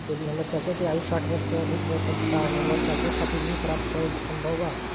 यदि हमर चाचा की आयु साठ वर्ष से अधिक बा त का हमर चाचा खातिर ऋण प्राप्त करल संभव बा